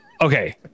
Okay